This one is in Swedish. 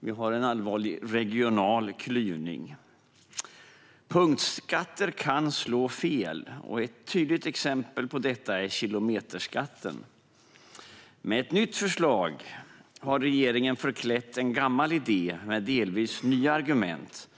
Vi har också en allvarlig regional klyvning. Punktskatter kan slå fel. Ett tydligt exempel på detta är kilometerskatten. Med ett nytt förslag har regeringen förklätt en gammal idé med delvis nya argument.